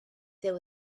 there